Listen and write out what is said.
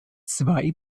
zwei